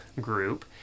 group